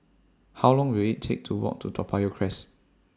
How Long Will IT Take to Walk to Toa Payoh Crest